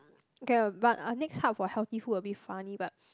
K ah but our next hub for healthy food a bit funny but